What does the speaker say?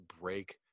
break